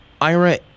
Ira